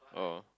oh